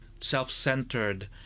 self-centered